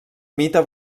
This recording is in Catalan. mite